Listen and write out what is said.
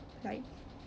like